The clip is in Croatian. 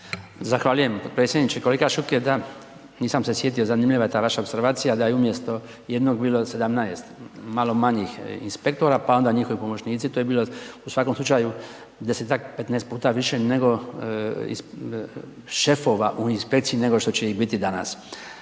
Zahvaljujem potpredsjedniče. Kolega Šuker, da nisam se sjetio, zanimljiva je ta vaša opservacija da je umjesto jednog bilo 17 malo manjih inspektora, pa onda njihovi pomoćnici, to je bilo u svakom slučaju 10-tak, 15 puta više nego šefova u inspekciji, nego što će ih biti danas.